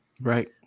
Right